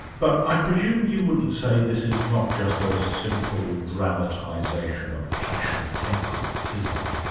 but i presume you wouldn't say this is not just a simple dramatization of a clash of temperaments, is it?